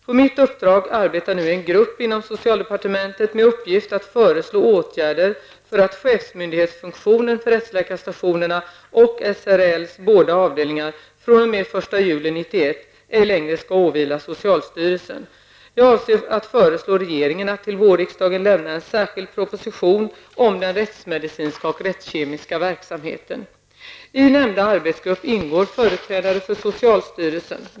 På mitt uppdrag arbetar nu en grupp inom socialdepartementet med uppgift att föreslå åtgärder för att chefsmyndighetsfunktionen för rättsläkarstationerna och SRLs båda avdelningar fr.o.m. den 1 juli 1991 ej längre skall åvila socialstyrelsen. Jag avser att föreslå regeringen att till vårriksdagen lämna en särskild proposition om den rättsmedicinska och rättskemiska verksamheten. I nämnda arbetsgrupp ingår företrädare för socialstyrelsen.